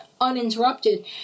uninterrupted